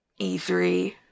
E3